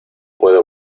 puedo